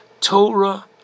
Torah